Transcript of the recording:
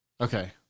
Okay